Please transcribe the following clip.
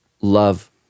love